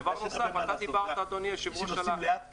דבר נוסף אתה דיברת אדוני היו"ר --- אנשים נוסעים לאט פתאום.